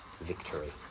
victory